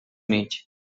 units